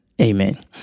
Amen